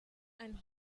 and